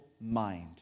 mind